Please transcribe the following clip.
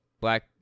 Black